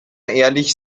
ehrlich